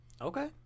Okay